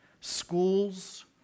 schools